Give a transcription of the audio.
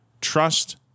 Trust